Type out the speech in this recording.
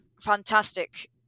fantastic